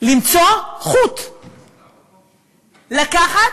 למצוא חוט, לקחת,